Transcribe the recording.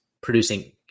producing